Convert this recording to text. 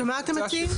שמה אתם מציעים?